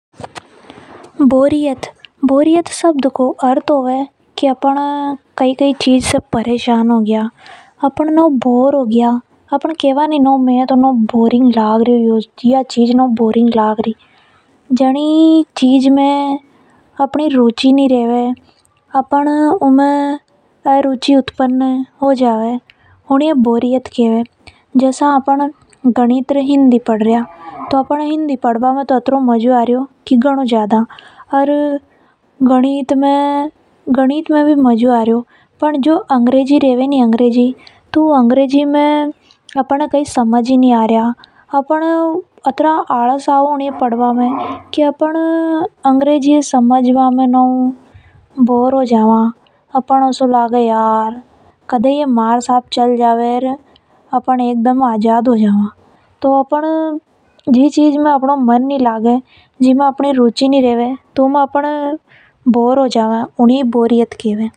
बोरियत शब्द को अर्थ होवे की अपन कई कई चीज से परेशान हो गया अपन नव बोर हो गया। जनी चीज में अपनी रुचि नि रेवे अपन उ चीज में अरुचि उत्पन हो जावे उन्ई ये ही बोरियत के वे। जसा अपन गणित हिंदी पड़ रिया उस में तो घना मजा आ रिया। पर अंग्रेजी पढ़ बा में नव बोर हो गया ऊनी ए बोरियत के वे। जी चीज़ में आलस आ रिया और बोरिंग हो रिया उसे ही बोरियत कहेव है।